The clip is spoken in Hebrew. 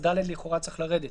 אז (ד) לכאורה צריך לרדת,